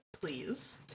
please